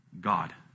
God